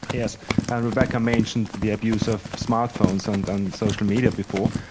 yes, and rebecca mentioned the abuse of smart phones on on social media before.